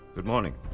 good morning.